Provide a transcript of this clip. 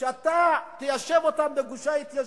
כשאתה תיישב אותם בגושי ההתיישבות,